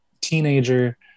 teenager